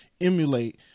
emulate